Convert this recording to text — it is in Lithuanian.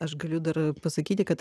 aš galiu dar pasakyti kad